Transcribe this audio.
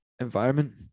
environment